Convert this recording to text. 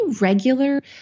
regular